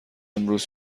امروز